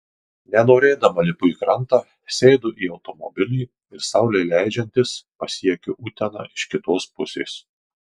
nenorėdama lipu į krantą sėdu į automobilį ir saulei leidžiantis pasiekiu uteną iš kitos pusės